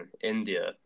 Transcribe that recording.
India